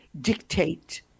dictate